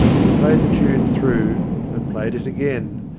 he played the tune through and played it again,